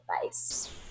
advice